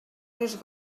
més